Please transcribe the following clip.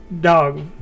dog